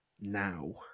now